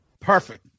Perfect